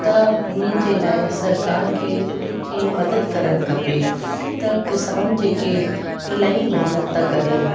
त उन्हनि जे लाइ सरकार खे उन्हनि जी मददु करणु खपे त किसान जेके इलाही महिनत था कनि